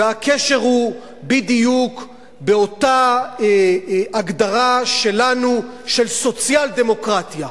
והקשר הוא בדיוק באותה הגדרה שלנו של סוציאל-דמוקרטיה,